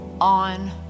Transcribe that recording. on